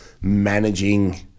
managing